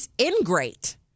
ingrate